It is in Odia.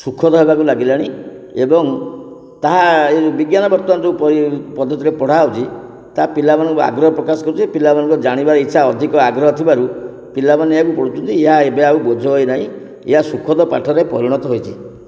ସୁଖଦାୟକ ଏବେ ଲାଗିଲାଣି ଏବଂ ତାହା ଏଇ ବିଜ୍ଞାନ ବର୍ତ୍ତମାନ ଯେଉଁ ପଦ୍ଧତିରେ ପଢ଼ା ହେଉଛି ତାହା ପିଲାମାନଙ୍କୁ ଆଗ୍ରହ ପ୍ରକାଶ କରୁଛି ପିଲାମାନଙ୍କ ଜାଣିବା ଇଚ୍ଛା ଅଧିକ ଆଗ୍ରହ ଥିବାରୁ ପିଲାମାନେ ଏହାକୁ ପଢ଼ୁଛନ୍ତି ଏହା ଏବେ ଆଉ ବୋଝ ହୋଇନାହିଁ ଏହା ସୁଖଦ ପାଠରେ ପରିଣତ ହୋଇଛି